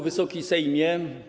Wysoki Sejmie!